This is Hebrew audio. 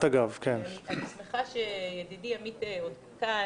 אני שמחה שידידי עמית כאן,